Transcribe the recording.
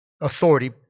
authority